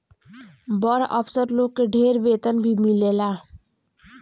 बड़ अफसर लोग के ढेर वेतन भी मिलेला